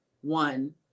one